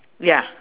ya